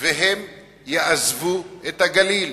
והם יעזבו את הגליל.